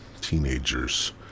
teenagers